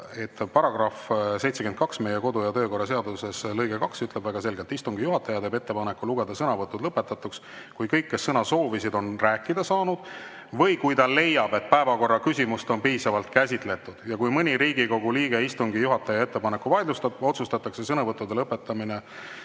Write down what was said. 72 lõige 2 meie kodu‑ ja töökorra seaduses ütleb väga selgelt: "Istungi juhataja teeb ettepaneku lugeda sõnavõtud lõpetatuks, kui kõik, kes sõna soovisid, on rääkida saanud, või kui ta leiab, et päevakorraküsimust on piisavalt käsitletud. Kui mõni Riigikogu liige istungi juhataja ettepaneku vaidlustab, otsustatakse sõnavõttude lõpetamine